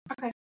Okay